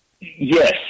Yes